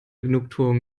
genugtuung